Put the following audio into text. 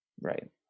Right